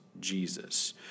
Jesus